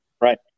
Right